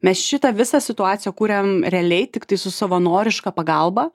mes šitą visą situaciją kuriam realiai tiktai su savanoriška pagalba